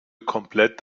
komplett